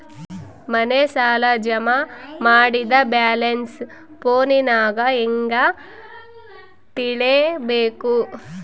ಮನೆ ಸಾಲ ಜಮಾ ಮಾಡಿದ ಬ್ಯಾಲೆನ್ಸ್ ಫೋನಿನಾಗ ಹೆಂಗ ತಿಳೇಬೇಕು?